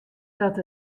dat